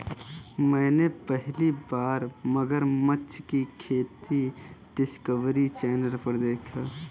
मैंने पहली बार मगरमच्छ की खेती डिस्कवरी चैनल पर देखी